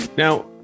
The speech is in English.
Now